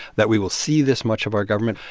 that we will see this much of our government.